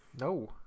No